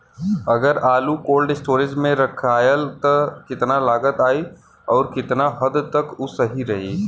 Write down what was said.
अगर आलू cold storage में रखायल त कितना लागत आई अउर कितना हद तक उ सही रही?